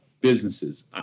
businesses